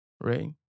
right